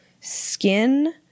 skin